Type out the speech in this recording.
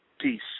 Peace